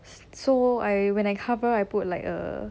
so I when I cover I put like err